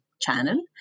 channel